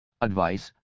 advice